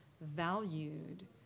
valued